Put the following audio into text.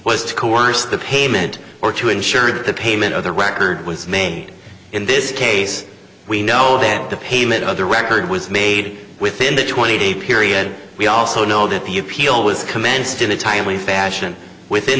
to coerce the payment or to ensure that the payment of the record was made in this case we know that the payment of the record was made within the twenty day period we also know that the appeal was commenced in a timely fashion within